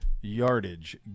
yardage